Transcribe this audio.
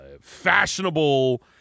fashionable